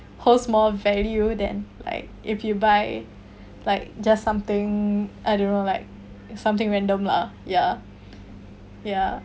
holds more value then like if you buy like just something I don't know like something random lah ya ya